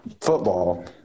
football